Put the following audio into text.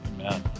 Amen